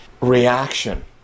reaction